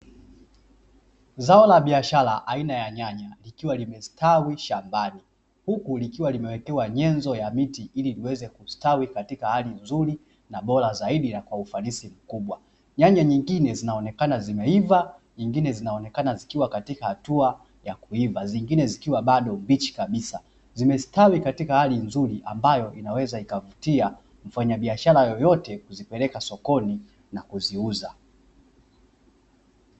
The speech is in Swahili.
Zao la biashara aina ya nyanya ikiwa limestawi shambani huku likiwa limewekewa nyenzo ya miti ili liweze kustawi katika hali nzuri na bora zaidi na kwa ufanisi mkubwa, nyanya nyingine zinaonekana zimeiva nyingine zinaonekana zikiwa katika hatua ya kuiva, zingine zikiwa bado mbichi kabisa zimestawi katika hali nzuri ambayo inaweza ikavutia mfanyabiashara yeyote kuzipeleka sokoni na kuziuza.